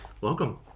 Welcome